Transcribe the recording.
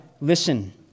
listen